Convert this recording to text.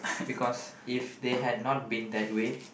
because if they had not been that way